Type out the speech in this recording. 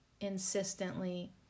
insistently